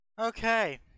okay